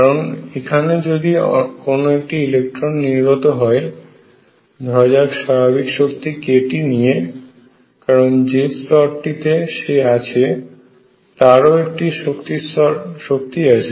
কারণ এখানে যদি কোন একটি ইলেকট্রন নির্গত হয় ধরা যাক স্বাভাবিক শক্তি kT নিয়ে কারণ যে স্তরটি তে সে আছে তারও একটি শক্তি আছে